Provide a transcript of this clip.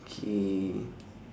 K